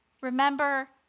remember